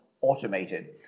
automated